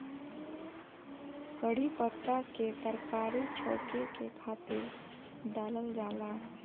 कढ़ी पत्ता के तरकारी छौंके के खातिर डालल जाला